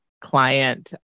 client